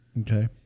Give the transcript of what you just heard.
Okay